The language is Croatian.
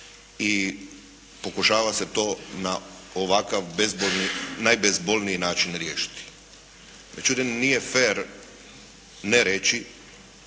i pokušava se to na ovakav bezbolni, najbezbolniji način riješiti. Međutim nije fer ne reći